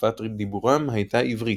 ששפת דיבורם הייתה עברית,